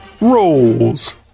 rolls